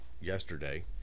yesterday